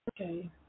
Okay